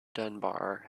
dunbar